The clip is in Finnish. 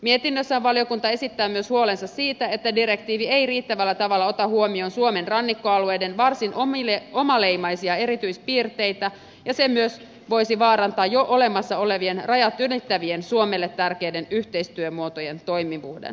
mietinnössään valiokunta esittää myös huolensa siitä että direktiivi ei riittävällä tavalla ota huomioon suomen rannikkoalueiden varsin omaleimaisia erityispiirteitä ja se myös voisi vaarantaa jo olemassa olevien rajat ylittävien suomelle tärkeiden yhteistyömuotojen toimivuuden